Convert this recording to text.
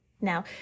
Now